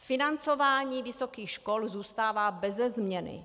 Financování vysokých škol zůstává beze změny.